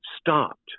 stopped